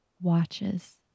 watches